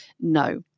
No